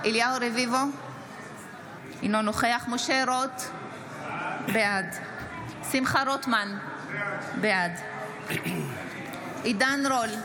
אינו נוכח משה רוט, בעד שמחה רוטמן, בעד עידן רול,